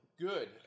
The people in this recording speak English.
good